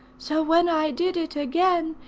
so when i did it again,